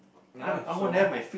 ya lah so